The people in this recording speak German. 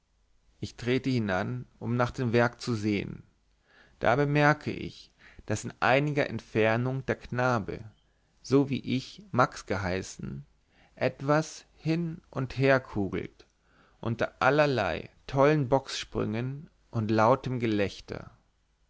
ich trete hinan um nach dem werk zu sehen da bemerke ich daß in einiger entfernung der knabe so wie ich max geheißen etwas hin und herkugelt unter allerlei tollen bockssprüngen und lautem gelächter